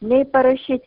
nei parašyt